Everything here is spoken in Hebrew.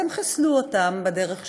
אז הם חיסלו אותם בדרך שלהם.